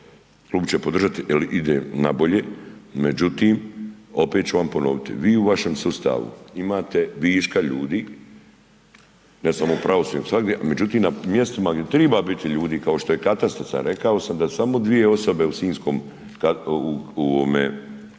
klub će podržati jer ide na bolje, međutim, opet ću vam ponoviti. Vi u vašem sustavi imate viška ljudi, .../Govornik se ne razumije./... međutim na mjestima gdje treba biti ljudi kao što je katastar, rekao sam da samo 2 osobe u sinjskom, u ovome,